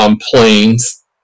planes